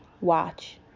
watch